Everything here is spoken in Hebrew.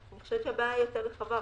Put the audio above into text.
אני חושבת שהבעיה היא יותר רחבה,